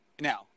Now